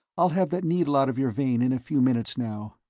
i'll have that needle out of your vein in a few minutes now.